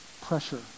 pressure